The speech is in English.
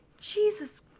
Jesus